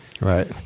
Right